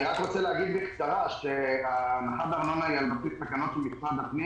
אני רוצה לומר בקצרה שההנחה בארנונה היא על בסיס תקנות שר הפנים